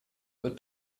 wird